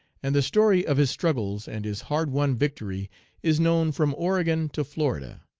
and the story of his struggles and his hard-won victory is known from oregon to florida.